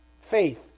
faith